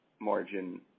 margin